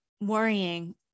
worrying